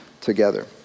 together